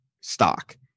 stock